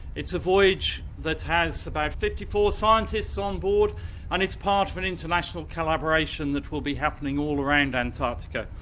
it's a voyage that has about fifty four scientists on board and it's part of an international collaboration that will be happening all around antarctica.